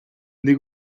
нэг